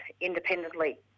independently